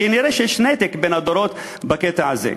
כנראה יש נתק בין הדורות בקטע הזה.